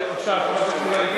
ההצעה להסיר